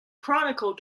chronicle